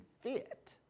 fit